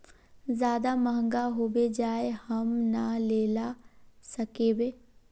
ज्यादा महंगा होबे जाए हम ना लेला सकेबे?